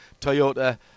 toyota